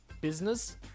business